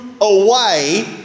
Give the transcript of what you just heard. away